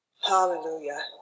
Hallelujah